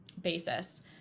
basis